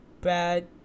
bad